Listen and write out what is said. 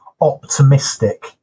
optimistic